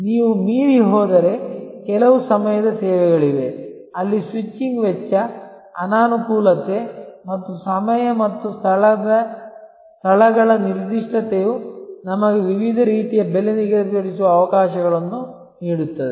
ನೀವು ಮೀರಿ ಹೋದರೆ ಕೆಲವು ಸಮಯದ ಸೇವೆಗಳಿವೆ ಅಲ್ಲಿ ಸ್ವಿಚಿಂಗ್ ವೆಚ್ಚ ಅನಾನುಕೂಲತೆ ಮತ್ತು ಸಮಯ ಮತ್ತು ಸ್ಥಳಗಳ ನಿರ್ದಿಷ್ಟತೆಯು ನಮಗೆ ವಿವಿಧ ರೀತಿಯ ಬೆಲೆ ನಿಗದಿಪಡಿಸುವ ಅವಕಾಶಗಳನ್ನು ನೀಡುತ್ತದೆ